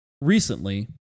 recently